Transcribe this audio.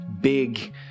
big